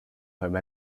home